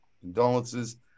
Condolences